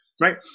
Right